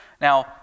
Now